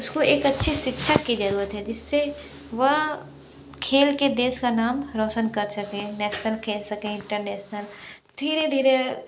उसको एक अच्छे शिक्षक की जरूरत है जिससे वह खेल के देश का नाम रोशन कर सके है नेशनल खेल सके इंटरनेशनल धीरे धीरे